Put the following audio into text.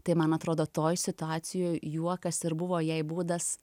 tai man atrodo toj situacijoj juokas ir buvo jai būdas